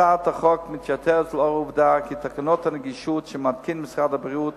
הצעת החוק מתייתרת לאור העובדה כי תקנות הנגישות שמשרד הבריאות